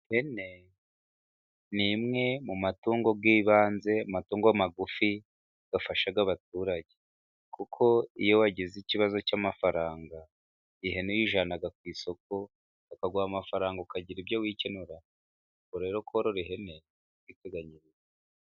Ihene ni imwe mu matungo y'ibanze mu matungo magufi, afasha abaturage, kuko iyo wagize ikibazo cy'amafaranga ihene uyiijyana ku isoko ikaguha amafaranga ukagira ibyo wikenura ubwo rero korora ihene ni ukwiteganyiriza.